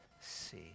see